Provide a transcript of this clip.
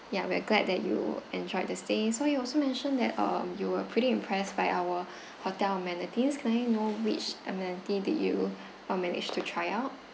ya we're glad that you enjoyed the stay so you also mention that um you were pretty impressed by our hotel amenities can I know which amenity did you um manage to try out